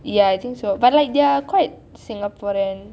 ya I think so but they are like quite singaporean